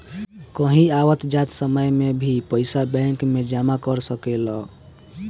कहीं आवत जात समय में भी पइसा बैंक में जमा कर सकेलऽ